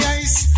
ice